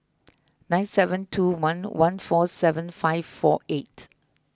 nine seven two one one four seven five four eight